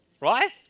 right